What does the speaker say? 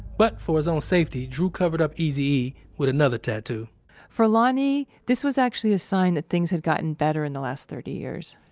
but for his own safety, drew covered up eazy-e with another tattoo for lonnie, this was actually a sign that things had gotten better in the last thirty years